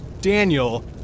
Daniel